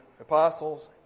apostles